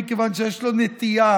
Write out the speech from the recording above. מכיוון שיש לו נטייה